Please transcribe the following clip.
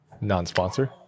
non-sponsor